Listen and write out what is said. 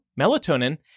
melatonin